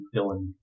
Dylan